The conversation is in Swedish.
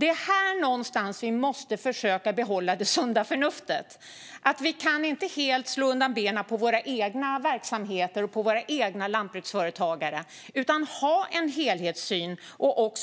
Det är någonstans här som vi måste försöka behålla det sunda förnuftet. Vi kan inte helt slå undan benen på våra egna verksamheter och lantbruksföretagare, utan vi måste ha en helhetssyn och